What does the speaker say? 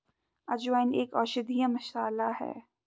अजवाइन एक औषधीय मसाला है